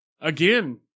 again